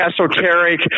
esoteric